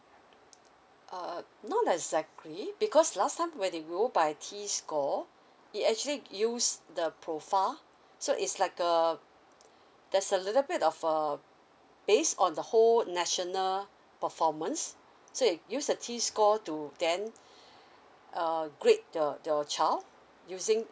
uh not exactly because last time when they go by T score it actually use the profile so is like uh there's a little bit of uh based on the whole national performance so it use the T score to then uh grade the your child using